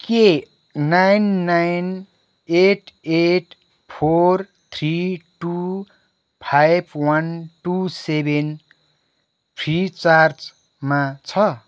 के nine nine eight eight four three two five one two seven फ्रिचार्जमा छ